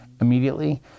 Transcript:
immediately